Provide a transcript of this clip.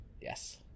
Yes